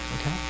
okay